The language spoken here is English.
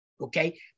Okay